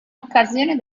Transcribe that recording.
occasione